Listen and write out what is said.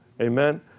Amen